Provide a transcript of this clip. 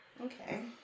Okay